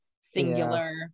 singular